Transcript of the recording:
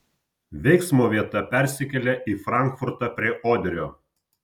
veiksmo vieta persikelia į frankfurtą prie oderio